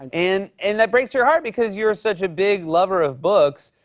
and and that breaks your heart, because you're such a big lover of books.